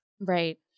Right